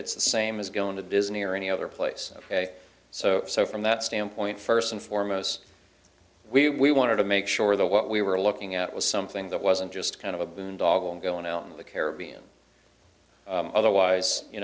it's the same as going to disney or any other place so so from that standpoint first and foremost we we want to make sure that what we were looking at was something that wasn't just kind of a boondoggle going on in the caribbean otherwise you